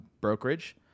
brokerage